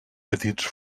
petits